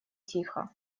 тихо